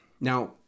Now